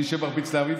מי שמרביץ לערבים,